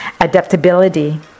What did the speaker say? Adaptability